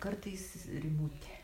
kartais rimute